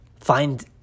find